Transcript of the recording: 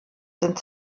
sind